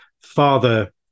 father